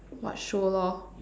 watch show lor